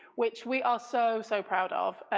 which we are so, so proud of.